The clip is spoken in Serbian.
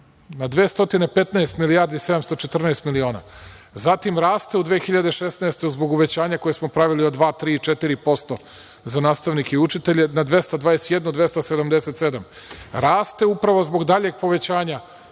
na 215 milijardi 714 miliona, zatim raste u 2016. godini zbog uvećanja koje smo pravili od 2, 3 i 4% za nastavnike i učitelje na 221.277. Raste upravo zbog daljeg povećanja